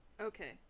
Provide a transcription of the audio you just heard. Okay